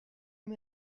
him